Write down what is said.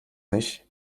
nicht